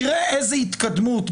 תראה איזו התקדמות,